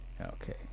Okay